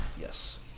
Yes